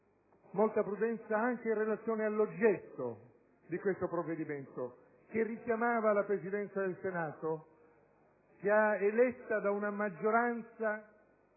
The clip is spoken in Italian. Molta prudenza anche in relazione all'oggetto di questo provvedimento, che richiamava la Presidenza del Senato, eletta da una maggioranza